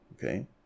Okay